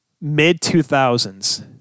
mid-2000s